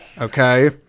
Okay